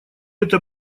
это